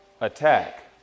attack